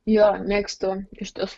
jo mėgstu iš tiesų